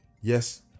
Yes